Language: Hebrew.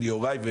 כן, יוראי.